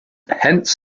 hence